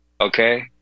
Okay